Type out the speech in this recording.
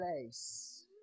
place